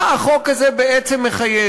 מה החוק הזה מחייב?